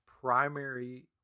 primary